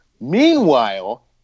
Meanwhile